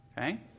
okay